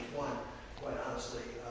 one one honestly,